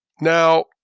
now